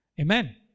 Amen